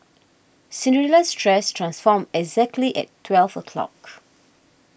Cinderella's dress transformed exactly at twelve o'clock